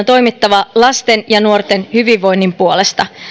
toimittava lasten ja nuorten hyvinvoinnin puolesta